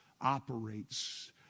operates